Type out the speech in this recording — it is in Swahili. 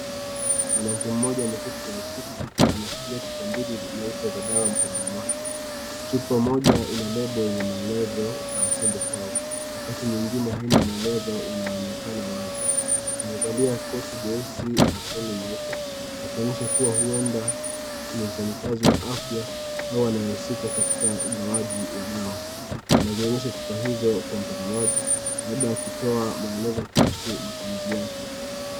Mwanamke mmoja ameketi kwenye kiti na anashikilia chupa mbili nyeupe za dawa mkononi mwake . Chupa moja lina lebo lenye maelezo pawa. Wakati mwengine halina maelezo yanayoenakana wazi . Amevalia koti jeusi na fulana nyeupe . Akionyesha kuwa huwenda ni mfanyakazi wa afya anayehusika katika ugawaji wa dawa . Anazionyesha chupa hiyo kwa mtazamaji labda akitoa maelezo kuhusu matumizi yake.